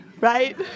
Right